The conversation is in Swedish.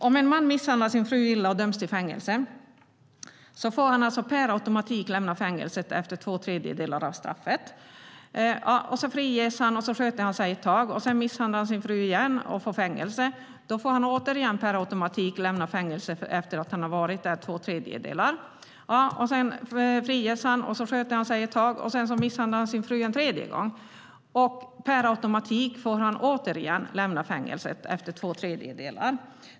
Om en man misshandlar sin fru illa och döms till fängelse får han alltså per automatik lämna fängelset efter två tredjedelar av straffet. Sedan friges han, sköter sig ett tag, och sedan misshandlar han sin fru igen. Han får fängelse, och han får återigen per automatik lämna fängelset efter att han avtjänat två tredjedelar av straffet. Sedan friges han, och han sköter sig ett tag. Sedan misshandlar han sin fru en tredje gång. Per automatik får han återigen lämna fängelset efter två tredjedelar av avtjänat straff.